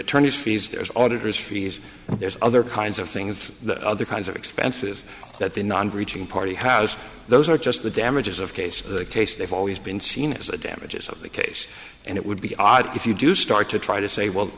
attorneys fees there's auditor's fees there's other kinds of things that other kinds of expenses that the non breaching party house those are just the damages of case the case they've always been seen as the damages of the case and it would be odd if you do start to try to say well